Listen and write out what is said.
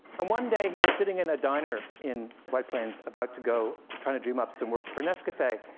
and one day, he was sitting in a diner in white plains, about to go trying to dream up some work for nescafe.